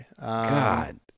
God